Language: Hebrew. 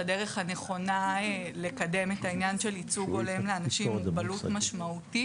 שהדרך הנכונה לקדם את העניין של ייצוג הולם לאנשים עם מוגבלות משמעותית,